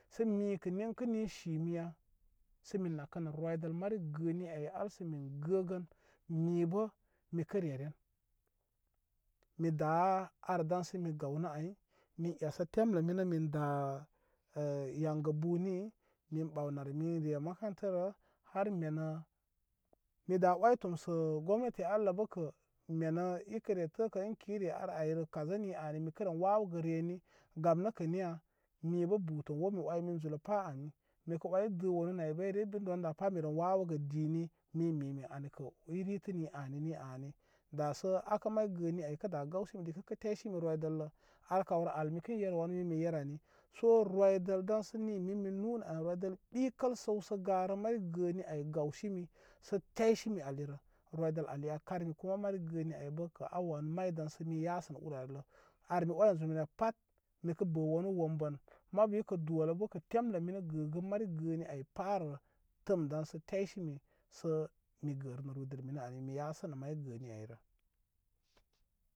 Sə mikə ninkə ni shimiya sə mə nakənə roydəl mari gəni ay al sə min gəgən mibə mikə reren mida ar daysə mi gawnə ay me zesə temlə mini mi da yaŋgə buni min ɓaw min re makantarə har menə mi da oy tomsə gomnati allə bəkə mene əpəre təkə ən kə ire ar ayrə ari mikə re wawəgə reni gam nəkə niya mibə butəwo mi oy min zulə pa ani mikə oy də wanə naybəyre bə pat mire wawəgə dini min mi min ankə i rirə ni ani ni ani dasə akə may gəni ay kə da gawsi dikə kə taysin roydəllə ar kallə ar mikən yer wan mi yer ani so roydəl daŋsə ni min mi nunə an roydəl ɓikəl səw sə garə may gəni ay gawsimi sə taysimi alirə roydəl ali an karmi kuma mari gəni ay bəkə a wanu may daŋsə min yasə nə ur allə ar mi oy nu zumalə ay pat mikə bə wanu wombəl mabu ikə dolə bəkə temlə mini gəgən mari gəni ay parə təm dansə taysimi sə mi gərə ruydəl ali mi yasə nə may gəni ayrə.